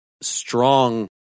strong